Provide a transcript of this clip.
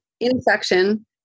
infection